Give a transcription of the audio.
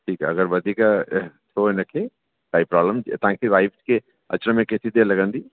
ठीकु आहे अगरि वधीक थियो हिन खे काई प्रॉब्लम तव्हां जी वाइफ़ खे अचण में केतिरी देरि लॻंदी